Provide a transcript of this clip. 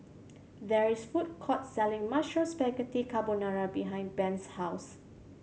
there is a food court selling Mushroom Spaghetti Carbonara behind Brent's house